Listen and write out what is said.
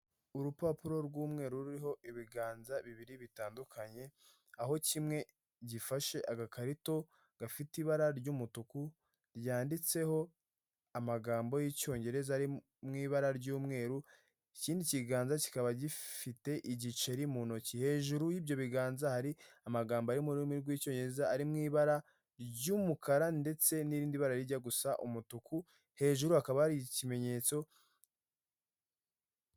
Umuhanda w'igitaka iburyo bwawo n'ibumoso hari amazu agiye atandukanye. Ndahabona igipangu cy'amabara y'icyatsi ndetse iyo nzu isakaje amabati atukura. Hakurya y'umuhanda hari umukindo mwiza uri imbere y'igipangu cy'amatafari.